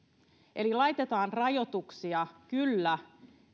eli laitetaan rajoituksia kyllä